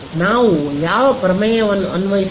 ನಾವು ಯಾವ ಪ್ರಮೇಯವನ್ನು ಅನ್ವಯಿಸಿದ್ದೇವೆ